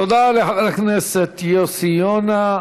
תודה לחבר הכנסת יוסי יונה.